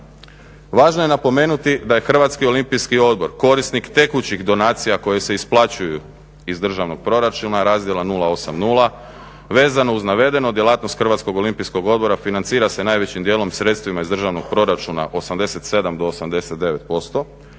Važno je napomenuti da je Hrvatski olimpijski odbor korisnik tekućih donacija koje se isplaćuju iz državnog proračuna razdjela 0,80. Vezano uz navedeno, djelatnost Hrvatskog olimpijskog odbora financira se najvećim dijelom sredstvima iz državnog proračuna 87 do 89%,